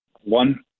One